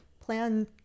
plan